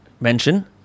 Mention